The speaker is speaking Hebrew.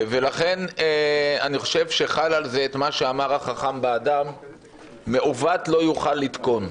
ולכן אני חושב שחל על זה מה שאמר החכם באדם "מעוות לא יוכל לתקון".